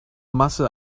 masse